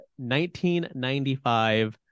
1995